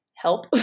help